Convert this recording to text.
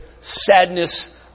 Sadness